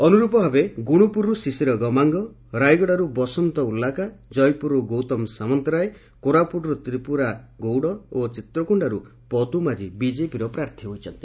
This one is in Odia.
ଅନୁରୂପ ଭାବେ ଗୁଣପୁରରୁ ଶିଶର ଗମାଙ୍ଗ ରାୟଗଡ଼ାରୁ ବସନ୍ତ ଉଲ୍ଲାକା ଜୟପୁରରୁ ଗୌତମ ସାମନ୍ତରାୟ କୋରାପୁଟ୍ରୁ ତ୍ରିପୁରା ଗୌଡ଼ ଓ ଚିତ୍ରକୋଶ୍ଡାରୁ ପଦୁ ମାଝୀ ବିଜେପିର ପ୍ରାର୍ଥୀ ହୋଇଛନ୍ତି